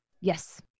Yes